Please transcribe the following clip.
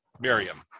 Miriam